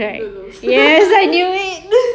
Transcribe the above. I never really cared much about